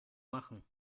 machen